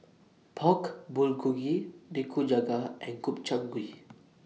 Pork Bulgogi Nikujaga and Gobchang Gui